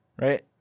Right